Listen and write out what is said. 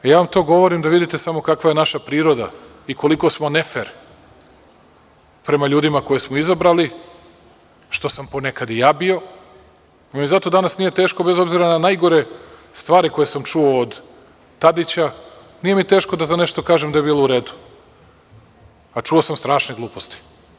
Ja vam to govorim da vidite samo kakva je naša priroda i koliko smo nefer prema ljudima koje smo izabrali, što sam ponekad i ja bio, ali mi zato danas nije teško, bez obzira na najgore stvari koje sam čuo od Tadića, da za nešto kažem da je bilo u redu, a čuo sam strašne gluposti.